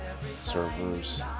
servers